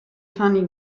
funny